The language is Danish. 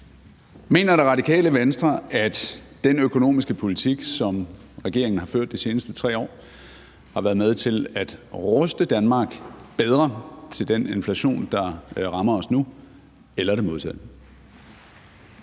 Mener Radikale Venstre, at den økonomiske politik, som regeringen har ført de seneste 3 år, har været med til at ruste Danmark bedre til den inflation, der rammer os nu, eller det modsatte?